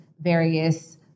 various